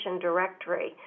directory